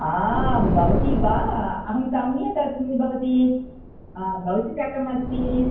आं भवती वा अहं सम्यक् अस्मि भवती अ भवती कथम् अस्ति